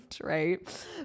right